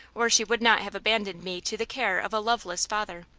or she would not have abandoned me to the care of a loveless father,